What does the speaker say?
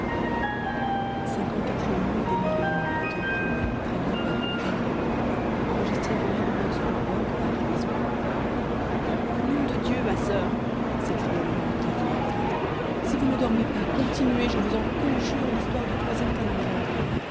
au nom de dieu ma soeur s'écria le lendemain dinarzade si vous ne dormez pas continuez je vous en conjure l'histoire du troisième calender